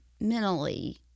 mentally